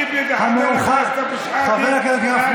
שחרר את חבר הכנסת טיבי וחבר הכנסת אבו שחאדה מהצבעה.